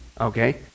Okay